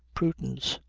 prudence,